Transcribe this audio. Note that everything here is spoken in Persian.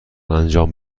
انجام